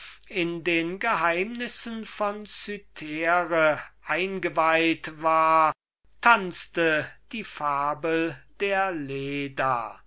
in den geheimnissen von cythere eingeweiht war tanzte die fabel der leda